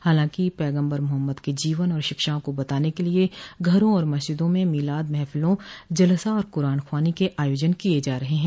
हालांकि पैगम्बर मोहम्मद के जीवन और शिक्षाओं को बताने के लिए घरों और मस्जिदों में मीलाद महफिलों जलसा और कुरान ख्वानी के आयोजन किए जा रहे हैं